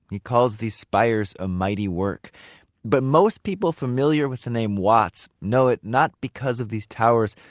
he calls these spires a mighty work but most people familiar with the name watts know it not because of these towers,